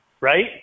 right